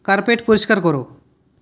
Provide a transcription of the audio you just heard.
carpet পরিস্কার করো